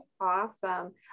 awesome